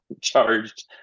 charged